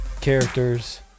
characters